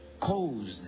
caused